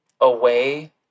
away